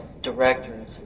directors